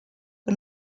que